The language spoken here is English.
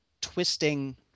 twisting